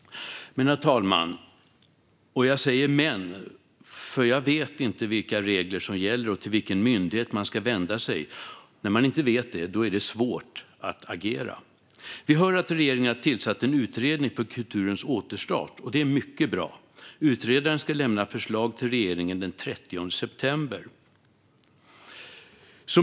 Men, herr talman, och jag säger "men", för jag vet inte vilka regler som gäller och till vilken myndighet man ska vända sig, och när man inte vet det är det svårt att agera. Vi hör att regeringen har tillsatt en utredning för kulturens återstart, och det är mycket bra. Utredaren ska lämna förslag till regeringen den 30 september.